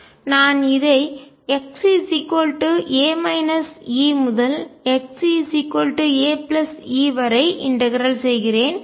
நான் இதை xa ϵ முதல் xaϵ வரை இன்டகரல் ஒருங்கிணைக்கிறேன் செய்கிறேன்